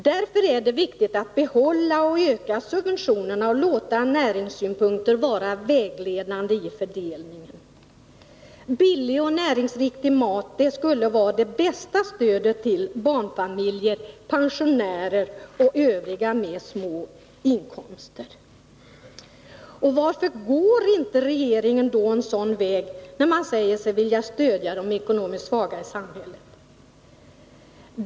Därför är det viktigt att behålla och öka subventionerna och låta näringssynpunkter vara vägledande vid fördelningen. Billig och näringsriktig mat skulle vara det bästa stödet till barnfamiljer, pensionärer och övriga med små inkomster. Varför går inte regeringen en sådan väg, när den säger sig vilja stödja de ekonomiskt svaga i samhället?